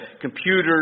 computers